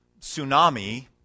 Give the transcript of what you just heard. tsunami